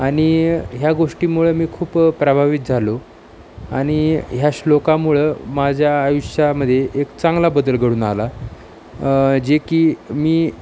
आणि ह्या गोष्टीमुळं मी खूप प्रभावित झालो आणि ह्या श्लोकामुळं माझ्या आयुष्यामध्ये एक चांगला बदल घडून आला जे की मी